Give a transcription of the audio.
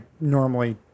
normally